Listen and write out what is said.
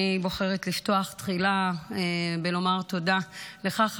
אני בוחרת לפתוח תחילה ולומר תודה לך,